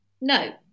No